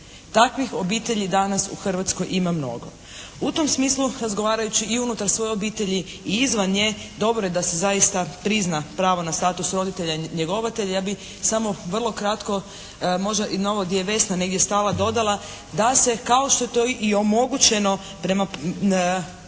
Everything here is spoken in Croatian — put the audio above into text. Takvih obitelji danas u Hrvatskoj ima mnogo. U tom smislu razgovarajući i unutar svoje obitelji i izvan nje dobro je da se zaista prizna pravo na status roditelja i njegovatelja. Ja bih samo vrlo kratko možda i na ovo gdje je Vesna negdje stala dodala da se kao što je to i omogućeno prema brizi,